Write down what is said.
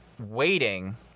waiting